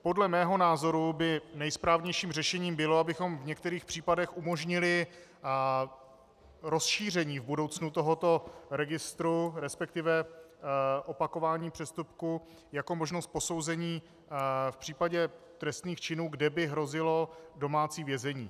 Podle mého názoru by nejsprávnějším řešením bylo, abychom v některých případech v budoucnu umožnili rozšíření tohoto registru, resp. opakování přestupků, jako možnost posouzení v případě trestných činů, kde by hrozilo domácí vězení.